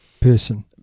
person